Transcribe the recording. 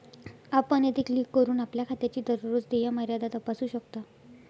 आपण येथे क्लिक करून आपल्या खात्याची दररोज देय मर्यादा तपासू शकता